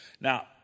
Now